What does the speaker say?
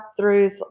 throughs